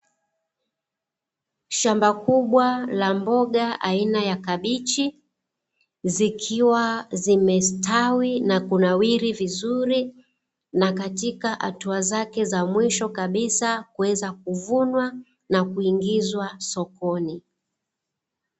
Shamba kubwa la mboga aina ya kabichi zikiwa zimestawi na kunawiri vizuri, na katika hatua zake za mwisho kabisa kuweza kuvunwa na kuingizwa sokoni.